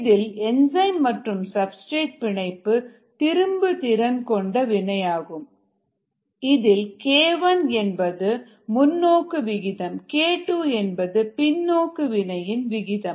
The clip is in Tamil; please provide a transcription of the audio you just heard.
இதில் என்சைம் மற்றும் சப்ஸ்டிரேட் பிணைப்பு திரும்பு திறன்கொண்ட வினையாகும் இதில் k1 என்பது முன்னோக்கு விகிதம் k2 என்பது பின்னோக்கு வினையின் விகிதம்